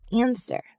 answer